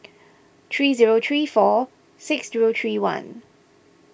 three zero three four six zero three one